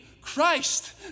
christ